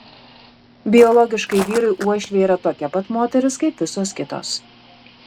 biologiškai vyrui uošvė yra tokia pat moteris kaip visos kitos